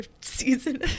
season